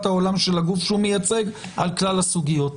העולם של הגוף שהוא מייצג על כלל הסוגיות.